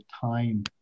time